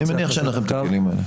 אני מניח שאין לכם את הכלים האלה.